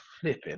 flipping